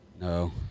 No